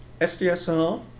SDSR